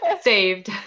Saved